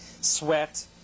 sweat